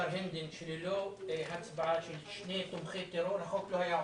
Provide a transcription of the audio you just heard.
חשוב לומר לשר הנדל שללא הצבעה של שני תומכי טרור החוק לא היה עובר.